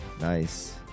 nice